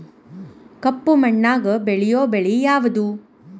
ಕಪ್ಪು ಮಣ್ಣಾಗ ಬೆಳೆಯೋ ಬೆಳಿ ಯಾವುದು?